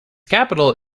capital